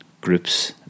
groups